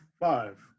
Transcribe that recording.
Five